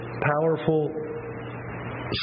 powerful